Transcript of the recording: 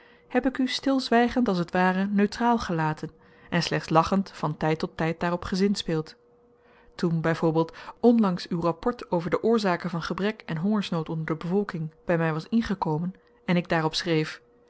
heb ik u stilzwygend als het ware neutraal gelaten en slechts lachend van tyd tot tyd daarop gezinspeeld toen by voorbeeld onlangs uw rapport over de oorzaken van gebrek en hongersnood onder de bevolking by my was ingekomen en ik daarop schreef